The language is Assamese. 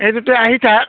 এয়েতো তই আহি থাক